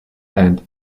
and